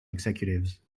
executives